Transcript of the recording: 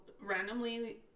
randomly